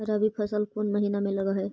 रबी फसल कोन महिना में लग है?